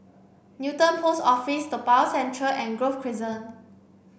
Newton Post Office Toa Payoh Central and Grove Crescent